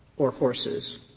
or horses,